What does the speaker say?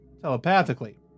telepathically